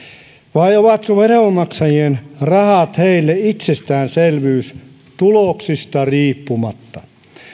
vai ovatko veronmaksajien rahat heille itsestäänselvyys tuloksista riippumatta